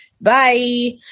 Bye